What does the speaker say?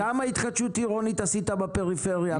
כמה התחדשות עירונית עשית בפריפריה?